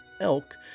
elk